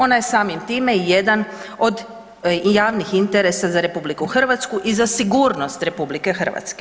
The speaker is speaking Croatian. Ona je samim time i jedan od javnih interesa za RH i za sigurnost RH.